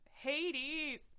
Hades